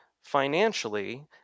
financially